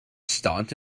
stunt